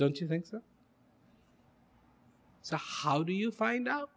don't you think so how do you find out